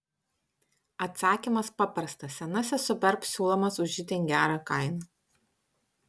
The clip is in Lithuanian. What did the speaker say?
atsakymas paprastas senasis superb siūlomas už itin gerą kainą